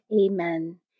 Amen